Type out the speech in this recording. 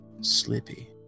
Slippy